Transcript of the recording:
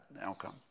outcome